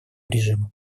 режимом